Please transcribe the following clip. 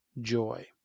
joy